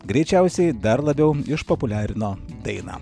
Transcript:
greičiausiai dar labiau išpopuliarino dainą